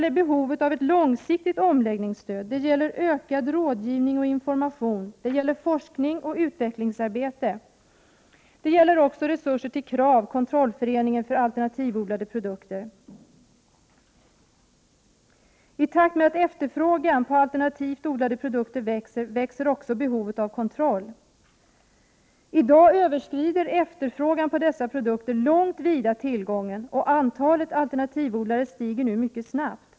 Det är fråga om ett långsiktigt omläggningsstöd, ökad rådgivning och information, mer forskning och utvecklingsarbete. Det gäller också resurser till KRAV, kontrollföreningen för alternativodlade produkter. I takt med att efterfrågan på alternativt odlade produkter växer, växer också behovet av kontroll. I dag överskrider efterfrågan på dessa produkter långt vida tillgången. Antalet alternativodlare stiger nu mycket snabbt.